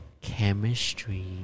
Chemistry